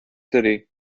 city